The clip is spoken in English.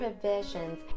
provisions